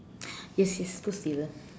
yes yes too sweet ah